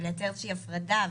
ולייצר איזושהי הפרדה,